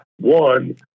one